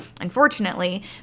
unfortunately